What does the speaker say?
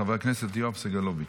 חבר הכנסת יואב סגלוביץ'.